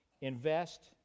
invest